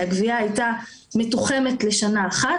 הגבייה הייתה מתוחמת לשנה אחת,